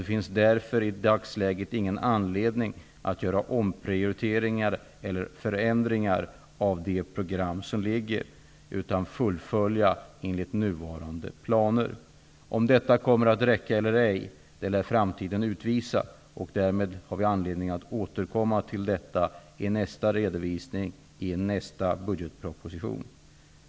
Det finns därför i dagsläget ingen anledning att göra omprioriteringar eller förändringar av de program som föreligger. De skall fullföljas enligt nuvarande planer. Om detta kommer att räcka eller ej lär framtiden utvisa. Vi har anledning att återkomma till detta i nästa redovisning i nästa budgetproposition.